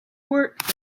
work